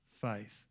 faith